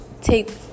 take